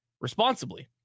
responsibly